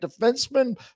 defenseman